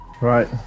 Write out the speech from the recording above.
Right